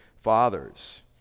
Fathers